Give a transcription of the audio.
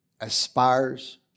aspires